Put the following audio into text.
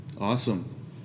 Awesome